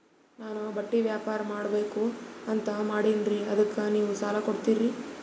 ನಾನು ಬಟ್ಟಿ ವ್ಯಾಪಾರ್ ಮಾಡಬಕು ಅಂತ ಮಾಡಿನ್ರಿ ಅದಕ್ಕ ನೀವು ಸಾಲ ಕೊಡ್ತೀರಿ?